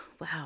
wow